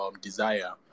desire